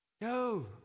Yo